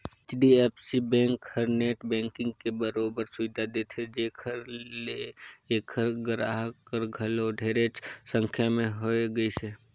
HDFC bank हर net banking के बरोबर सुबिधा देथे जेखर ले ऐखर गराहक हर घलो ढेरेच संख्या में होए गइसे